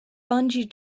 bungee